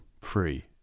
free